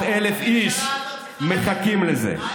300,000 איש מחכים לזה.